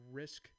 risk